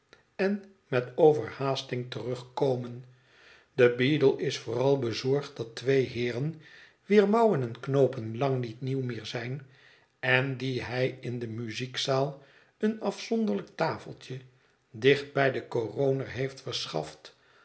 en met overhaasting terugkomen de beadle is vooral bezorgd dat twee heeren wier mouwen en knoopen lang niet nieuw meer zijn en die hij in de muziekzaal een afzonderlijk tafeltje dicht bij den coroner heeft verschaft